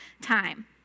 time